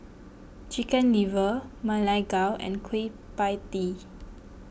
Chicken Liver Ma Lai Gao and Kueh Pie Tee